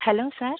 hello sir